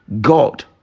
God